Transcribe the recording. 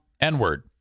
n-word